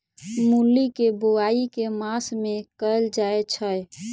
मूली केँ बोआई केँ मास मे कैल जाएँ छैय?